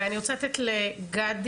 אני נותנת את רשות